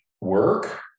work